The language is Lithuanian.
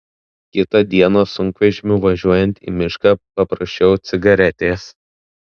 kitą dieną sunkvežimiu važiuojant į mišką paprašiau cigaretės